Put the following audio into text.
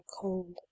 cold